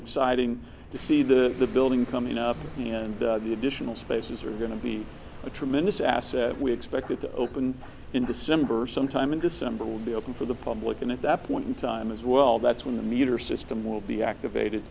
exciting to see the the building coming up and the additional spaces are going to be a tremendous asset we expect it to open in december sometime in december will be open for the public and at that point in time as well that's when the meter system will be activated